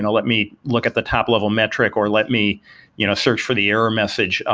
and let me look at the top level metric, or let me you know search for the error message.